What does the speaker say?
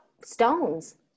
stones